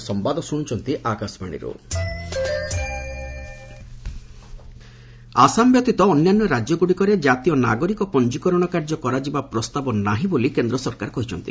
L ଏସ୍ ଗଭ୍ ଆସାମ ବ୍ୟତୀତ ଅନ୍ୟାନ୍ୟ ରାଜ୍ୟଗୁଡ଼ିକରେ ଜାତୀୟ ନାଗରିକ ପଞ୍ଜିକରଣ କାର୍ଯ୍ୟ କରାଯିବା ପ୍ରସ୍ତାବ ନାହିଁ ବୋଲି କେନ୍ଦ୍ର ସରକାର କହିଛନ୍ତି